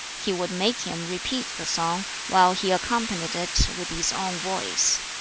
he would make him repeat the song, while he accompanied it with his own voice.